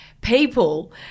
people